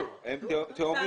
תודה רבה.